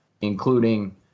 including